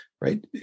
right